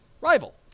rival